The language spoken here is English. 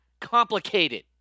complicated